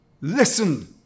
Listen